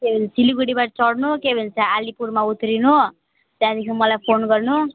के भन्छ सिलगढीबाट चढ्नु के भन्छ अलिपुरमा उत्रिनु त्यहाँदेखि मलाई फोन गर्नु